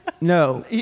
No